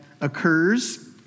occurs